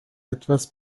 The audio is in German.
etwas